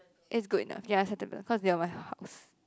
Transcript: it's good enough ya cause they are my house